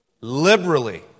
liberally